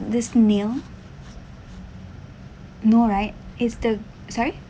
this meal no right it's the sorry